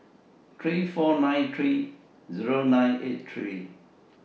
three four nine three nine eight three